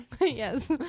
Yes